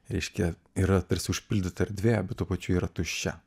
reiškia yra užpildyta erdvė bet tuo pačiu yra tuščia